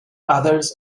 others